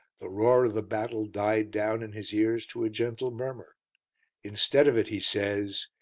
the roar of the battle died down in his ears to a gentle murmur instead of it, he says,